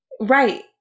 Right